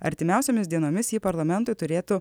artimiausiomis dienomis ji parlamentui turėtų